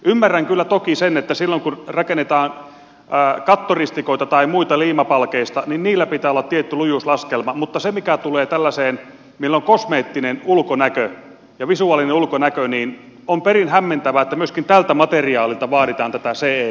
ymmärrän kyllä toki sen että silloin kun rakennetaan kattoristikoita tai muita liimapalkeista niin niillä pitää olla tietty lujuuslaskelma mutta se mikä tulee tällaiseen millä on kosmeettinen ulkonäkö ja visuaalinen ulkonäkö niin on perin hämmentävää että myöskin tältä materiaalilta vaaditaan tätä ce hyväksyntää